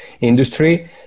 industry